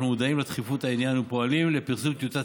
אנחנו מודעים לדחיפות העניין ופועלים לפרסום טיוטת